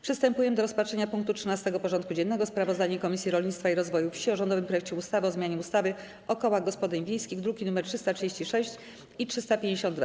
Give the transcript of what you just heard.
Przystępujemy do rozpatrzenia punktu 13. porządku dziennego: Sprawozdanie Komisji Rolnictwa i Rozwoju Wsi o rządowym projekcie ustawy o zmianie ustawy o kołach gospodyń wiejskich (druki nr 336 i 352)